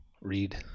read